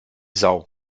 sau